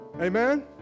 Amen